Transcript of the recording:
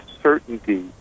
certainty